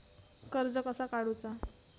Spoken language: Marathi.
कर्ज कसा काडूचा?